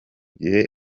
gihe